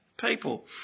people